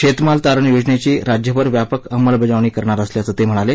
शेतमाल तारण योजनेची राज्यभर व्यापक अंमलबजावणी करणार असल्याचं ते म्हणाले